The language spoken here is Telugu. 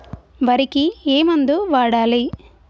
వరికి ఏ మందు వాడాలి?